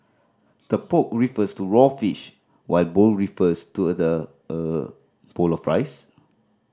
the poke refers to raw fish while the bowl refers to the er bowl of rice